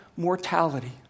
Mortality